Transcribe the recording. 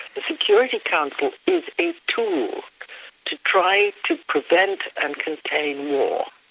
the security council is a tool to try to prevent and contain war.